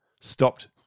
stopped